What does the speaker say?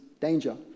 danger